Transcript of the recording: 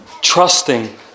Trusting